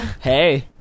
Hey